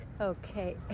Okay